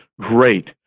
Great